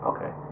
Okay